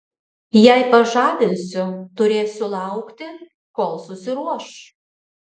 jei pažadinsiu turėsiu laukti kol susiruoš